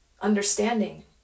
understanding